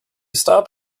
stop